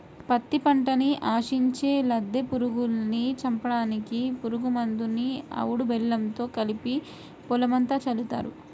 పత్తి పంటని ఆశించే లద్దె పురుగుల్ని చంపడానికి పురుగు మందుని తవుడు బెల్లంతో కలిపి పొలమంతా చల్లుతారు